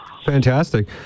fantastic